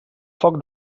foc